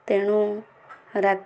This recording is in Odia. ତେଣୁ ରା